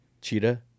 Cheetah